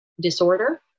disorder